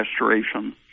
restoration